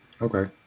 Okay